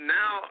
now